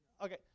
okay